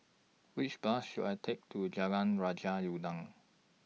Which Bus should I Take to Jalan Raja Udang